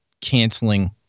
canceling